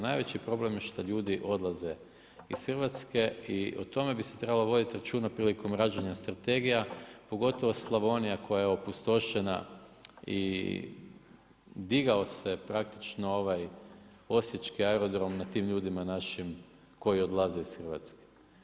Najveći problem je što ljudi odlaze iz Hrvatske i o tome bi se trebalo voditi računa prilikom rađenja strategija pogotovo Slavonija koja je opustošena i digao se praktično ovaj osječki aerodrom nad tim ljudima našim koji odlaze iz Hrvatske.